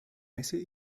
messe